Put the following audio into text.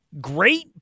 great